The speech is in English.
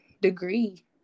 degree